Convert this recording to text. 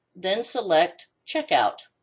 then, select checkout.